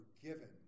forgiven